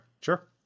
Sure